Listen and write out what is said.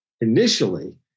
initially